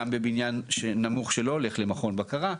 גם בבניין נמוך שלא הולך למכון בקרה,